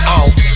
off